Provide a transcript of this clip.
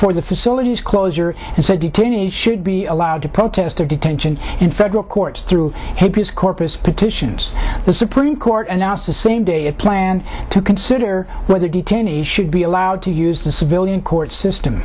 for the facilities closure and said detainees should be allowed to protest their detention in federal courts through his corpus petitions the supreme court announced the same day it planned to consider whether detainees should be allowed to use the civilian court system